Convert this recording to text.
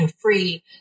free